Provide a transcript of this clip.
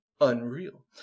Unreal